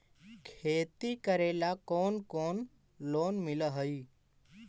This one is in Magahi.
खेती करेला कौन कौन लोन मिल हइ?